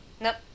Nope